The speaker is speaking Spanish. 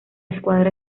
escuadra